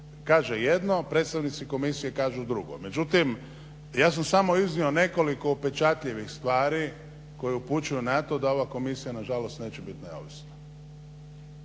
kaže jedno, predstavnici komisije kažu drugo. Međutim, ja sam samo iznio nekoliko upečatljivih stvari koje upućuju na to da ova komisija nažalost neće biti neovisna.